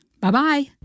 Bye-bye